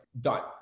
done